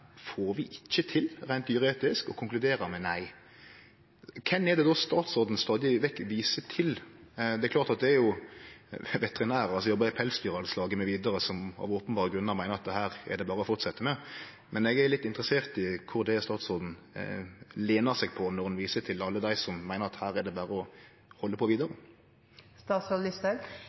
får vi ikkje til, reint dyreetisk, og dei konkluderer med nei. Kven er det då statsråden stadig vekk viser til? Det er klart at veterinærar som jobbar i Pelsdyralslaget mv., av openberre grunner meiner at dette er det berre å fortsetje med, men eg er litt interessert i kven statsråden lener seg på når ho viser til alle dei som meiner at her er det berre å halde på